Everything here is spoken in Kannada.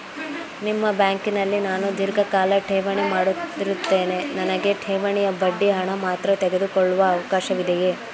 ನಿಮ್ಮ ಬ್ಯಾಂಕಿನಲ್ಲಿ ನಾನು ಧೀರ್ಘಕಾಲ ಠೇವಣಿ ಮಾಡಿರುತ್ತೇನೆ ನನಗೆ ಠೇವಣಿಯ ಬಡ್ಡಿ ಹಣ ಮಾತ್ರ ತೆಗೆದುಕೊಳ್ಳುವ ಅವಕಾಶವಿದೆಯೇ?